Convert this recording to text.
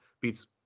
beats